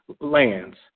lands